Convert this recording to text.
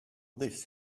this